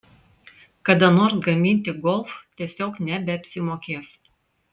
kada nors gaminti golf tiesiog nebeapsimokės